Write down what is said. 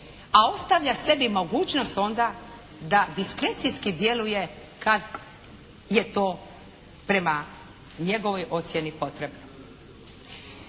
a ostavlja sebi mogućnost onda da diskrecijski djeluje kad je to prema njegovoj ocjeni potrebno.